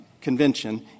convention